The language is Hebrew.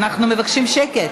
אנחנו מבקשים שקט.